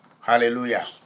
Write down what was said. Hallelujah